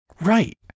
Right